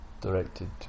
directed